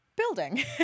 building